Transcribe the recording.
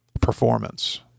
performance